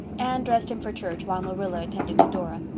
anne dressed him for church while marilla attended to dora.